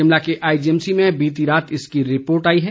शिमला के आईजीएमसी में बीती रात इसकी रिपोर्ट आई है